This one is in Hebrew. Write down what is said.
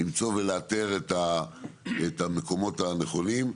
למצוא ולאתר את המקומות הנכונים.